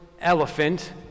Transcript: elephant